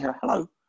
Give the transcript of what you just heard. hello